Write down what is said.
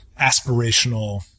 aspirational